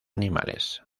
animales